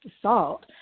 assault